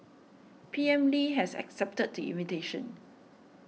P M Lee has accepted the invitation